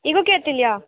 ಈಗಲೂ ಕೇಳ್ತಿಲ್ವಾ